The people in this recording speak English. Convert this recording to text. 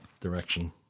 direction